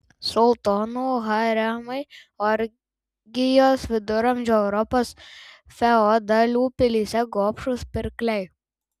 sultonų haremai orgijos viduramžių europos feodalų pilyse gobšūs pirkliai